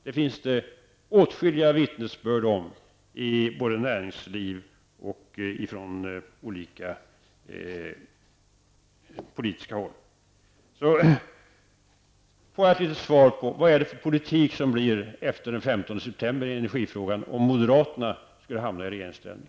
Det finns åtskilliga vittnesbörd om detta från både näringsliv och olika politiska håll. Får jag ett litet svar på: Vad blir det för politik i energifrågan efter den 15 september om moderaterna skulle hamna i regeringsställning?